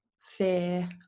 fear